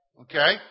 okay